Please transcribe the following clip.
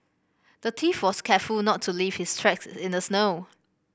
the thief was careful not to leave his tracks in the snow